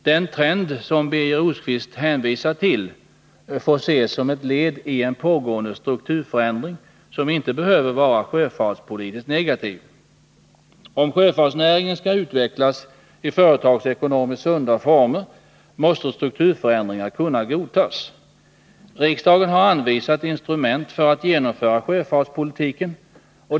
Den trend Birger Rosqvist hänvisar till får ses som ett led i en pågående strukturförändring som inte behöver vara sjöfartspolitiskt negativ. Om sjöfartsnäringen skall utvecklas i företagsekonomiskt sunda former, måste strukturförändringar kunna godtas. Riksdagen har anvisat instrument för att genomföra sjöfartspolitiken.